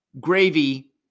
Gravy